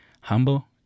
humble